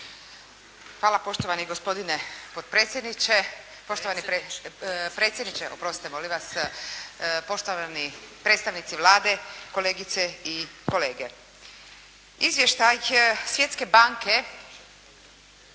poštovani predstavnici Vlade, kolegice i kolege. Izvještaj Svjetske banke